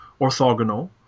orthogonal